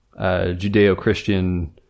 judeo-christian